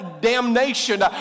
damnation